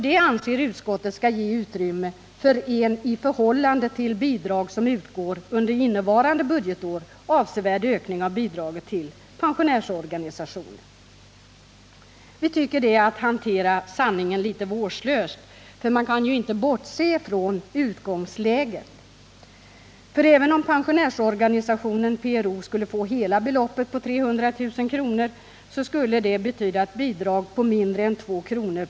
Det anser utskottet skall ge utrymme för en i förhållande till bidrag som utgår under innevarande budgetår avsevärd ökning av bidraget till pensionärsorganisationer. Vi tycker att det är att hantera sanningen vårdslöst, för man kan inte bortse från utgångsläget. Även om pensionärsorganisationen PRO skulle få hela beloppet på 300 000 kr., skulle det betyda ett bidrag på mindre än 2 kr.